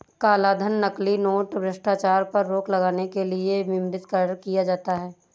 कालाधन, नकली नोट, भ्रष्टाचार पर रोक लगाने के लिए विमुद्रीकरण किया जाता है